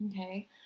okay